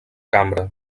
cambra